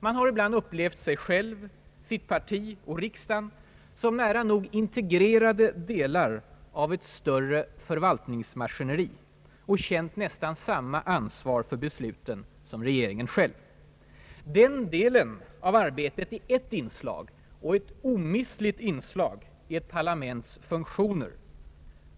Man har ibland upplevt sig själv, sitt parti och riksdagen som nära nog integrerade delar av ett större förvaltningsmaskineri och känt nästan samma ansvar för besluten som regeringen själv. Den delen av arbetet är ett inslag, och ett omistligt inslag, i ett parlaments funktioner.